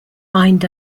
mined